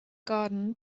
garden